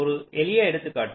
ஒரு எளிய எடுத்துக்காட்டு